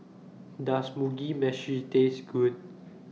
Does Mugi Meshi Taste Good